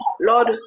Lord